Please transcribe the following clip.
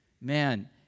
man